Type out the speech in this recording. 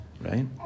right